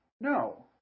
No